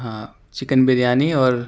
ہاں چکن بریانی اور